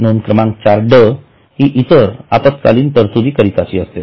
नोंद क्रमांक चार ड हि इतर अल्पकालीन तरतुदी करिताची असते